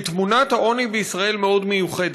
כי תמונת העוני בישראל מאוד מיוחדת,